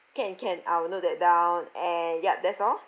can can I will note that down and ya that's all